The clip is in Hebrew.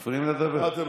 מה, אתם נורמליים?